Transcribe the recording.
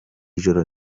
ijoro